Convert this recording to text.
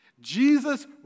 Jesus